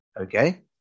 Okay